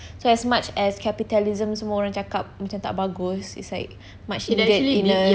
so as much as capitalism semua orang cakap macam tak bagus it's like much needed in the